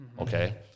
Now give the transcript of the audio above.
Okay